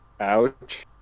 Ouch